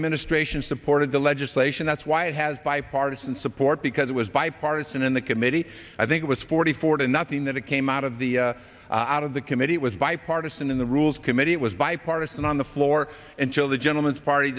administration supported the legislation that's why it has bipartisan support because it was bipartisan in the committee i think it was forty four to nothing that it came out of the out of the committee it was bipartisan in the rules committee it was bipartisan on the floor until the gentleman's party